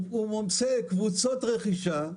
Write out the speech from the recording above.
הוא מוצא קבוצות רכישה,